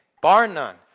bar none,